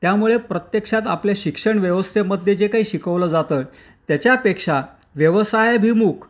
त्यामुळे प्रत्यक्षात आपले शिक्षण व्यवस्थेमध्ये जे काही शिकवलं जातं त्याच्यापेक्षा व्यवसायाभिमुख